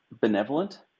benevolent